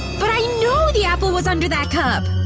but i know the apple was under that cup!